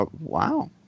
Wow